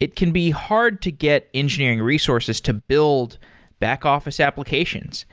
it can be hard to get engineering resources to build back-office applications